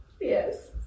Yes